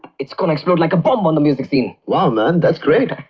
it's going to explode like a bomb on the music scene. wow, man! that's great!